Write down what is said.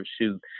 shoot